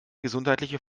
gesundheitliche